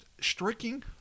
striking